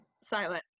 Silent